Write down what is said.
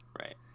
Right